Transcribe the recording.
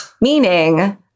Meaning